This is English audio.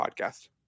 podcast